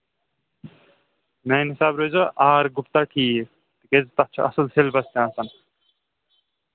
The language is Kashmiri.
میٛانہِ حِسابہٕ روزوٕ آر گُپتا ٹھیٖک تِکیٛازِ تَتھ چھُ اَصٕل سیلبَس تہِ آسان